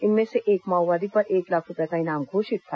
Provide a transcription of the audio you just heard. इनमें से एक माओवादी पर एक लाख रूपये का इनाम घोषित था